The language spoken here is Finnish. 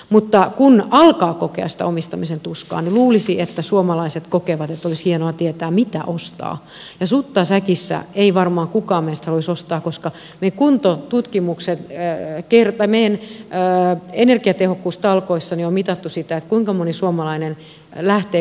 mutta kun alkaa kokea sitä omistamisen tuskaa niin luulisi että suomalaiset kokevat että olisi hienoa tietää mitä ostaa ja sutta säkissä ei varmaan kukaan meistä haluaisi ostaa koska meidän energiatehokkuustalkoissa on mitattu sitä kuinka moni suomalainen lähtee kuntotutkimuksella kiinteistökauppoja tekemään